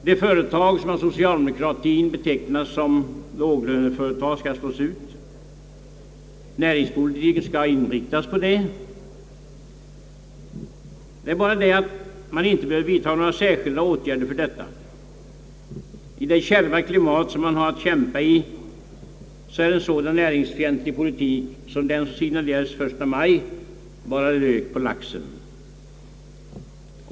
De företag som av socialdemokratien betecknas som låglöneföretag skall slås ut; näringspolitiken skall inriktas på det. Det är bara det, att man inte behöver vidtaga några särskilda åtgärder för detta. I det kärva klimat som man har att kämpa i så är en sådan näringsfientlig politik, som signalerades den första maj, bara lök på laxen.